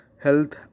health